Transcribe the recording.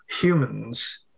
humans